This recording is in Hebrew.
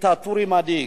דיקטטורי מדאיג.